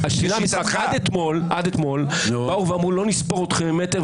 עד אתמול באו ואמרו: "לא נספור אתכם ממטר,